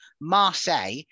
marseille